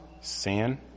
Sin